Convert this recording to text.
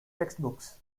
textbooks